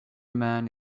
man